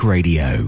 Radio